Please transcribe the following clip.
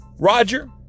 Roger